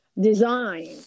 design